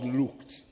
looked